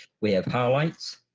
we have highlights,